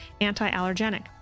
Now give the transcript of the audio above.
anti-allergenic